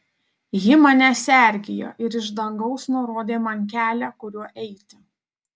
ji mane sergėjo ir iš dangaus nurodė man kelią kuriuo eiti